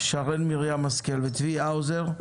חה"כ שרן מרים השכל, חה"כ צבי האוזר.